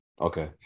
Okay